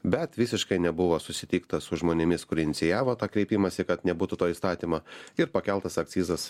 bet visiškai nebuvo susitikta su žmonėmis kurie inicijavo tą kreipimąsi kad nebūtų to įstatymo ir pakeltas akcizas